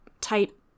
type